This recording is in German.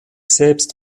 selbst